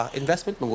investment